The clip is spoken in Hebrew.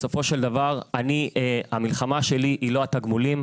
בסופו של דבר המלחמה שלי היא לא התגמולים,